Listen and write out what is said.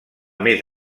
més